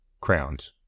crowned